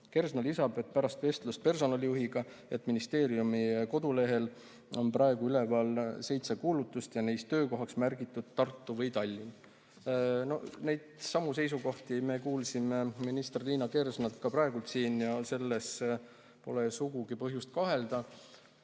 Kersna lisab pärast vestlust personalijuhiga, et ministeeriumi kodulehel on praegu üleval seitse kuulutust ja neis on töökohaks märgitud Tartu või Tallinn." Neidsamu seisukohti me kuulsime minister Liina Kersnalt ka praegu siin ja selles pole sugugi põhjust kahelda. Muret